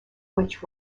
which